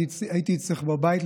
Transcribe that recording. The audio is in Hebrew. אני הייתי אצלך בבית.